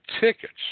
tickets